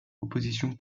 opposition